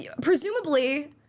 Presumably